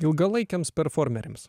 ilgalaikiams performeriams